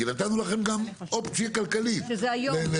כי נתנו לכם גם אופציה כלכלית לזה.